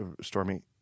Stormy